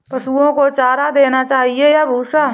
पशुओं को चारा देना चाहिए या भूसा?